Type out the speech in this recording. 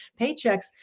paychecks